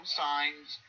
signs